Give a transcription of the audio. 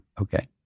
Okay